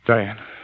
Diane